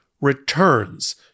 returns